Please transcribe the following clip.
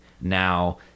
now